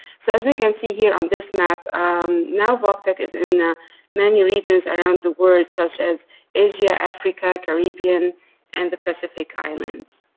so as we can see here on this map um now voctec is in many regions around the world such as asia, africa, caribbean and the pacific islands.